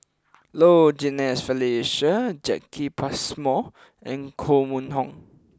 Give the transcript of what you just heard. Low Jimenez Felicia Jacki Passmore and Koh Mun Hong